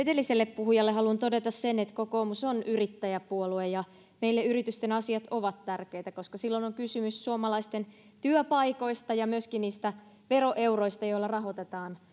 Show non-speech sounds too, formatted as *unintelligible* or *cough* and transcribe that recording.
*unintelligible* edelliselle puhujalle haluan todeta sen että kokoomus on yrittäjäpuolue ja meille yritysten asiat ovat tärkeitä koska silloin on kysymys suomalaisten työpaikoista ja myöskin niistä veroeuroista joilla rahoitetaan